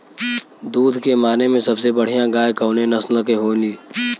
दुध के माने मे सबसे बढ़ियां गाय कवने नस्ल के होली?